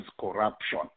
corruption